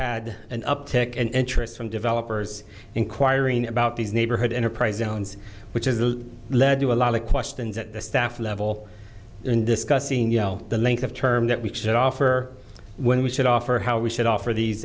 had an uptick and interest from developers inquiring about these neighborhood enterprise zones which is a lead to a lot of questions at the staff level in discussing yele the length of term that we should offer when we should offer how we should offer these